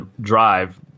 drive